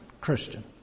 Christian